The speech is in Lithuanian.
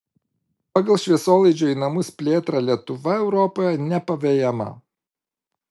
pagal šviesolaidžio į namus plėtrą lietuva europoje nepavejama